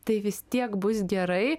tai vis tiek bus gerai